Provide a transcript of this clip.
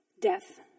death